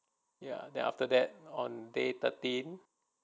ya then after that on day thirteen